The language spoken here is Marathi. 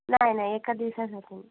नाही नाही एका दिवसात नको